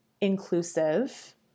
inclusive